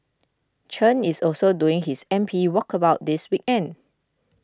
Chen is also doing his M P walkabouts this weekend